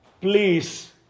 please